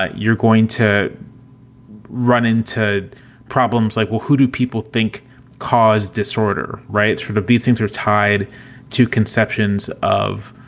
ah you're going to run into problems like, well, who do people think cause disorder? right. sort of these things are tied to conceptions of